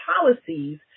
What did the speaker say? policies